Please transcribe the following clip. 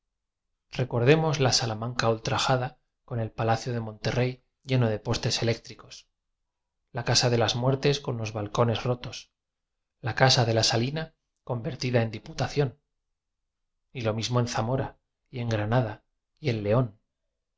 demos la salamanca ultrajada con el pala cio de monterrey lleno de postes eléctricos la casa de las muertes con los balcones ro tos la casa de la salina convertida en diputación y lo mismo en zamora y en granada y en león esta